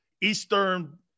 Eastern